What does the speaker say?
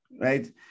right